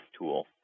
tool